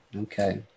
Okay